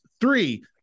Three